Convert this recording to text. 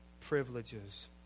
privileges